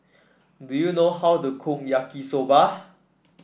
do you know how to cook Yaki Soba